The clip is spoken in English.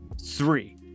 three